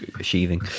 sheathing